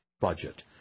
budget